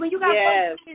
Yes